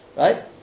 Right